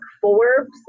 Forbes